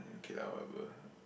okay lah whatever